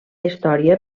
història